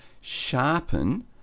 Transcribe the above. sharpen